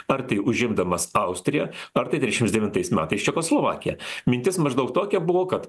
ar tai užimdamas austriją ar tai trisdešimt devintais metais čekoslovakiją mintis maždaug tokia buvo kad